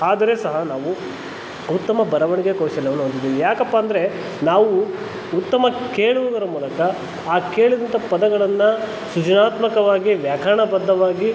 ಆದರೂ ಸಹ ನಾವು ಉತ್ತಮ ಬರವಣಿಗೆ ಕೌಶಲ್ಯವನ್ನು ಹೊಂದಿದ್ದೇವೆ ಯಾಕಪ್ಪ ಅಂದರೆ ನಾವು ಉತ್ತಮ ಕೇಳುವುದರ ಮೂಲಕ ಆ ಕೇಳಿದಂಥ ಪದಗಳನ್ನು ಸೃಜನಾತ್ಮಕವಾಗಿ ವ್ಯಾಕರಣಬದ್ದವಾಗಿ